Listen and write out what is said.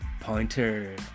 pointer